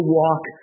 walk